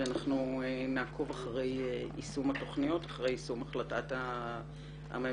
ואנחנו נעקוב אחרי יישום התוכניות ואחרי יישום החלטת הממשלה.